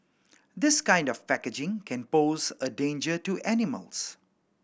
this kind of packaging can pose a danger to animals